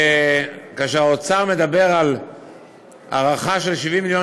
וכאשר האוצר מדבר על הערכה של 70 מיליון